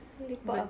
lepak ah